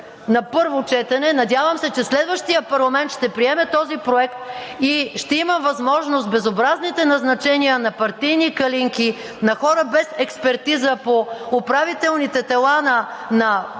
на първо четене. Надявам се, че следващият парламент ще приеме този проект и ще има възможност безобразните назначения на партийни калинки, на хора без експертиза по управителните тела на държавните